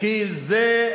כי זאת